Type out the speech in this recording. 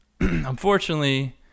Unfortunately